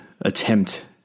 attempt